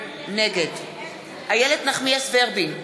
נגד איילת נחמיאס ורבין,